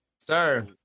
Sir